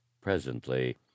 Presently